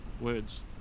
Words